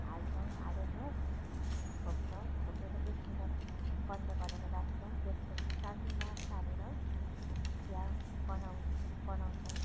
हाल्छौँ हालेर छोप्छौँ छोपेर एक मिनट बन्द गरेर राख्छौँ त्यसपछि चाल्नीमा तारेर चिया बनाउ बनाउँछौँ